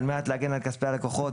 על מנת להגן על כספי הלקוחות,